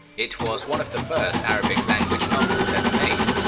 it was one of the first arabic language novels ever made.